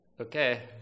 Okay